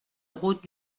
route